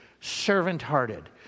Servant-hearted